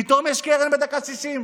פתאום יש קרן בדקה ה-60.